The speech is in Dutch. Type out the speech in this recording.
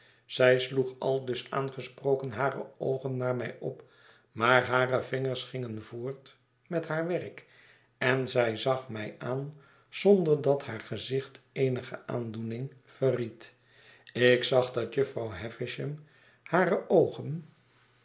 zij sloeg aldus aangesproken hare oogen naar mij op maar hare vingers gingen voort met haar werk en zij zag mij aan zonder dat haar gezicht eenige aandoening verried ik zag dat jufvrouw havisham hare oogen